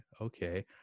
okay